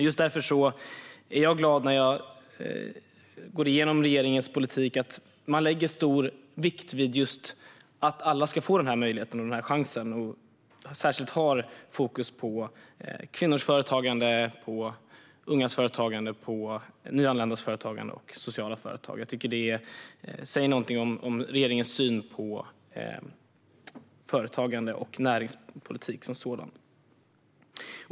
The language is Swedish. Just därför blir jag glad när jag går igenom regeringens politik. Man lägger stor vikt vid att alla ska få den här möjligheten och chansen. Man har särskilt fokus på kvinnors, ungas och nyanländas företagande och på sociala företag. Jag tycker att det säger någonting om regeringens syn på företagande och på näringspolitik som sådan.